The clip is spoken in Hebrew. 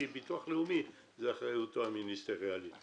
כי זו האחריות המיניסטריאלית של הביטוח הלאומי.